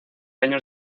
años